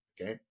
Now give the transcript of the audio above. okay